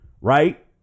Right